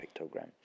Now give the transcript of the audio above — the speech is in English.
pictogram